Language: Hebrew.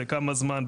לכמה זמן,